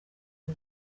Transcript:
uru